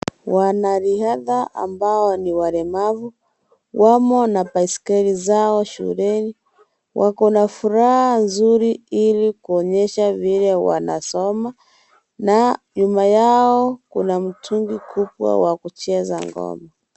Wanariadha ambao ni walemavu. Wamo na baisikeli zao shuleni. Wako na furaha nzuri, ili kuonyesha vile wanasoma na nyuma yao, kuna mtungi kubwa wa kucheza ngoma.